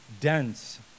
dense